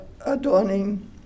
adorning